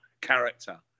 character